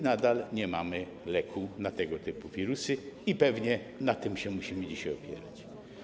Nadal nie mamy leku na tego typu wirusy i pewnie na tym się musimy dzisiaj opierać.